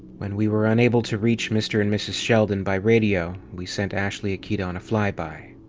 when we were unable to reach mr. and mrs. sheldon by radio, we sent ashley ikeda on a flyby.